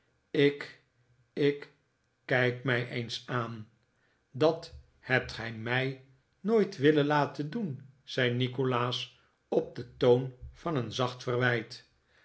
ik ik kijk mij eens aan dat hebt gij m ij nooit willen laten doen zei nikolaas op den toon van een zacht verwijt